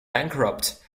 bankrupt